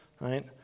right